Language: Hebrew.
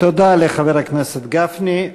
תודה לחבר הכנסת גפני.